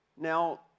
Now